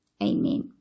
amen